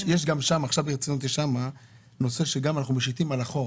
יש שם נושא שאנחנו משיתים אחורה.